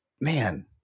man